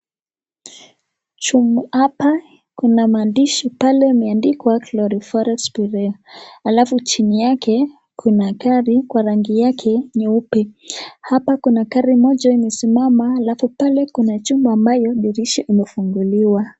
Hapa kuna maandishi pale imeandikwa clereforest sperea . Alafu chini yake kuna gari kwa rangi yake nyeupe. Hapa kuna gari moja imesimama, alafu pale kuna jumba ambayo dirisha imefunguliwa.